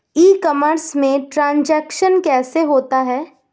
ई commerce में transaction कैसे होता है?